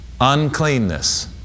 uncleanness